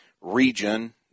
region